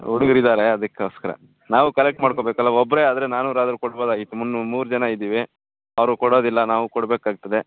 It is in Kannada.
ಹುಡ್ಗ್ರ ಇದಾರೇ ಅದಕೋಸ್ಕರ ನಾವು ಕಲೆಕ್ಟ್ ಮಾಡ್ಕೊಬೇಕಲ್ಲ ಒಬ್ಬರೇ ಆದರೆ ನಾನೂರು ಆದರು ಕೊಡ್ಬೋದಾಗಿತ್ತು ಮುನ್ ಮೂರು ಜನ ಇದ್ದೀವಿ ಅವರು ಕೊಡೋದಿಲ್ಲ ನಾವು ಕೊಡಬೇಕಾಗ್ತದೆ